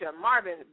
Marvin